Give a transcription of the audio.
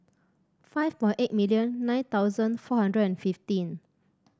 five four eight million nine thousand four hundred and fifteen